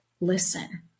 Listen